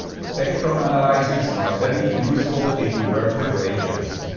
spectrum analyzers are very useful if you work with radios.